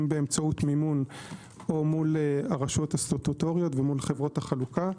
אם באמצעות מימון או מול הרשויות הסטטוטוריות ומול חברות החלוקה.